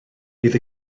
bydd